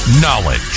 knowledge